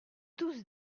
tous